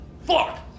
fuck